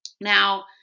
Now